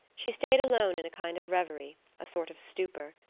she stayed alone in a kind of reverie a sort of stupor.